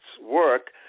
work